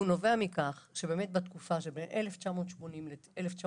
הוא נובע מכך שבתקופה שבין 1980 ל-1996